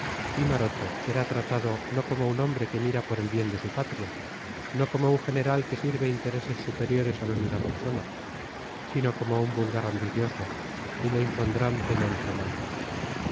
y maroto será tratado no como un hombre que mira por el bien de su patria no como un general que sirve intereses superiores a los de una persona sino como un vulgar ambicioso y le impondrán pena infamante